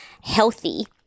healthy